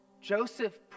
Joseph